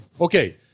Okay